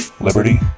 liberty